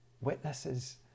Witnesses